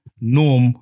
norm